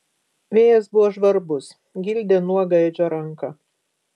vėjas buvo žvarbus gildė nuogą edžio ranką